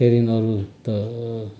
त्यहाँदेखि अरू त